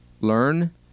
Learn